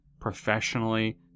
professionally